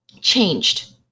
changed